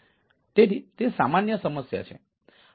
તેથી તે સામાન્ય સમસ્યા છે